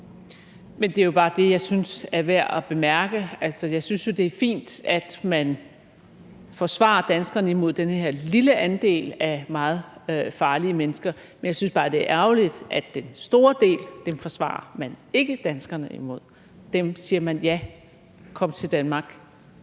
Det er jo bare det, jeg synes er værd at bemærke. Jeg synes jo, det er fint, at man forsvarer danskerne mod den her lille andel af meget farlige mennesker. Men jeg synes bare, det er ærgerligt, at den store andel forsvarer man ikke danskerne imod. Til dem siger man: Ja, kom til Danmark.